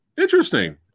Interesting